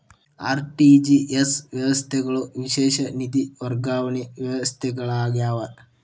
RTGS ವ್ಯವಸ್ಥೆಗಳು ವಿಶೇಷ ನಿಧಿ ವರ್ಗಾವಣೆ ವ್ಯವಸ್ಥೆಗಳಾಗ್ಯಾವ